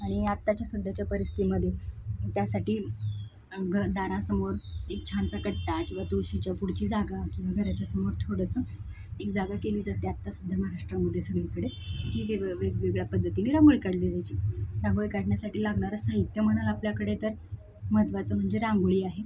आणि आत्ताच्या सध्याच्या परिस्थिमध्ये त्यासाठी ग दारासमोर एक छानसा कट्टा किंवा तुळशीच्या पुढची जागा किंवा घराच्यासमोर थोडंसं एक जागा केली जाते आत्ता सध्या महाराष्ट्रामध्ये सगळीकडे की वे वेगवेगळ्या पद्धतीने रांगोळी काढली जायची रांगोळी काढण्यासाठी लागणारं साहित्य म्हणाल आपल्याकडे तर महत्त्वाचं म्हणजे रांगोळी आहे